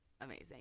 amazing